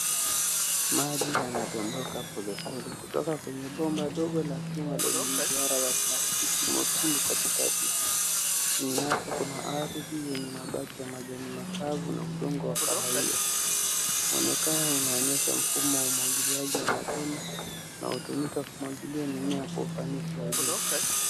Maji yanadondoka polepoole kutoka kwenye bomba dogo la chuma lenye mduara wa plastiki mwekundu katikati. Chini yake kuna ardhi yenye mabaki ya majani makavu na udongo wa kahawia. Muenekano unaonyesha mfumo wa umwagiliaji wa matone na hutumika kumwagilia mimea kwa ufanisi wa juu.